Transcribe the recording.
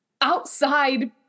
outside